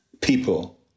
people